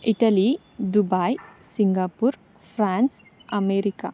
Italy Dubai Singapore France America